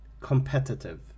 competitive